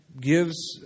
gives